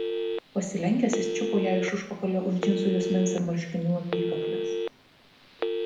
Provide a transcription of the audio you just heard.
pasilenkęs jis čiupo ją iš užpakalio už džinsų juosmens ir marškinių apykaklės